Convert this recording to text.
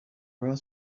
rode